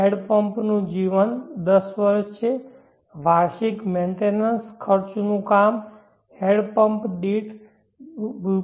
હેન્ડપંપનું જીવન 10 વર્ષ છે વાર્ષિક મેન્ટેનન્સ ખર્ચનું કામ હેન્ડપંપ દીઠ રૂ